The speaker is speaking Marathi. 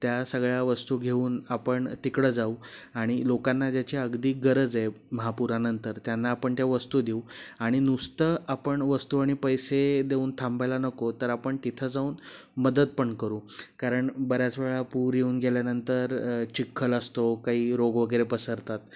त्या सगळ्या वस्तू घेऊन आपण तिकडं जाऊ आणि लोकांना ज्याची अगदी गरज आहे महापुरानंतर त्यांना आपण त्या वस्तू देऊ आणि नुसतं आपण वस्तू आणि पैसे देऊन थांबायला नको तर आपण तिथं जाऊन मदत पण करू कारण बऱ्याच वेळा पूर येऊन गेल्यानंतर चिखल असतो काही रोग वगैरे पसरतात